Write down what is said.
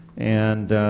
and,